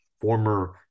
former